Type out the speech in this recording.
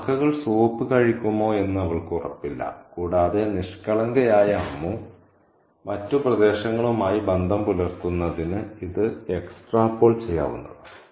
കാക്കകൾ സോപ്പ് കഴിക്കുമോ എന്ന് അവൾക്ക് ഉറപ്പില്ല കൂടാതെ നിഷ്കളങ്കയായ അമ്മു മറ്റ് പ്രദേശങ്ങളുമായി ബന്ധം പുലർത്തുന്നതിന് ഇത് എക്സ്ട്രാപോൾ ചെയ്യാവുന്നതാണ്